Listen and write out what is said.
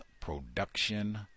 production